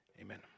Amen